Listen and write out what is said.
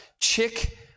Chick